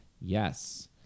Yes